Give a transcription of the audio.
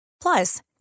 Plus